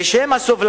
העיקר: בשם הסובלנות,